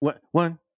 one